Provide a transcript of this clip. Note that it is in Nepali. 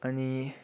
अनि